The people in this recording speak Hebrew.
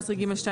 14ג2,